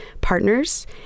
partners